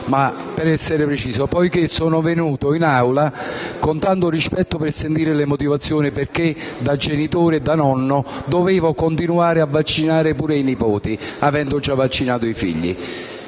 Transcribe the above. ma per essere preciso. Sono venuto in Aula con tanto rispetto per ascoltare le motivazioni, perché, da genitore e da nonno, dovevo continuare a vaccinare anche i nipoti, avendo già vaccinato i figli.